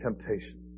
temptation